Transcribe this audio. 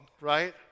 right